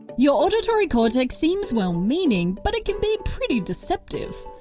your auditory cortex seems well-meaning, but it can be pretty deceptive.